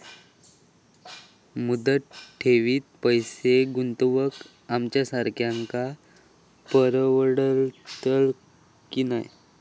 मुदत ठेवीत पैसे गुंतवक आमच्यासारख्यांका परवडतला की नाय?